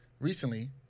recently